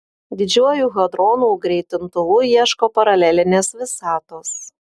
didžiuoju hadronų greitintuvu ieško paralelinės visatos